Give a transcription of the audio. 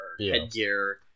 headgear